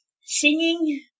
Singing